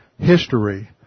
history